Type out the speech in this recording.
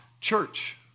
church